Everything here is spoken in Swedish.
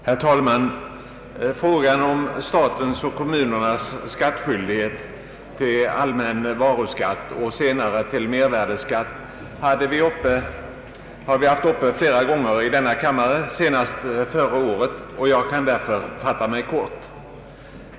Herr talman! Frågan om statens och kommunernas skattskyldighet till allmän varuskatt och senare mervärdeskatt hade vi uppe senast förra året, och jag kan därför fatta mig kort.